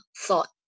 thought